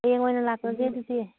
ꯍꯌꯦꯡ ꯑꯣꯏꯅ ꯂꯥꯛꯂꯒꯦ ꯑꯗꯨꯗꯤ